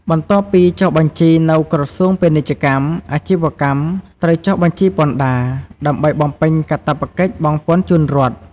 បន្ទាប់ពីចុះបញ្ជីនៅក្រសួងពាណិជ្ជកម្ម អាជីវកម្មត្រូវចុះបញ្ជីពន្ធដារ ដើម្បីបំពេញកាតព្វកិច្ចបង់ពន្ធជូនរដ្ឋ។